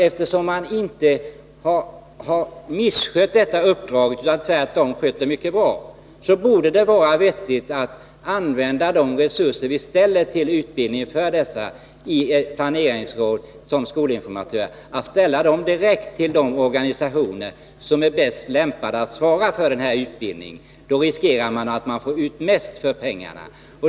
Eftersom man inte har misskött detta uppdrag utan tvärtom skött det mycket bra, borde det vara vettigt att ställa resurserna för utbildningen av skolinformatörer direkt till de organisationers förfogande som är bäst lämpade att svara för den här utbildningen. Då får man ut mest av pengarna.